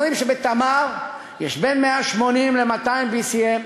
אומרים שב"תמר" יש בין 180 ל-200 BCM,